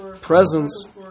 presence